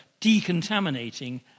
decontaminating